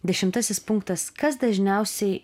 dešimtasis punktas kas dažniausiai